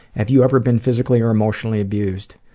have you ever been physically or emotionally abused?